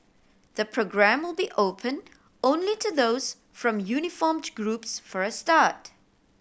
the programme will be open only to those from uniformed groups for a start